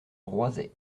roisey